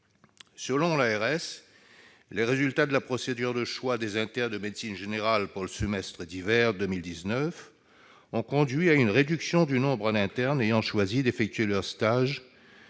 santé (ARS), les résultats de la procédure de choix des internes de médecine générale pour le semestre d'hiver 2019 ont conduit non seulement à une réduction du nombre d'internes ayant choisi d'effectuer leur stage